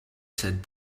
sat